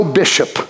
bishop